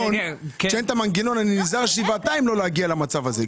כשאין את המנגנון אני נזהר שבעתיים לא להגיע למצב הזה,